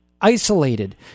isolated